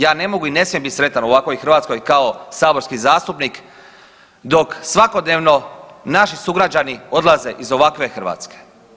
Ja ne mogu i ne smijem bit sretan u ovakvoj Hrvatskoj kao saborski zastupnik dok svakodnevno naši sugrađani odlaze iz ovakve Hrvatske.